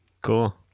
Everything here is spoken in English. Cool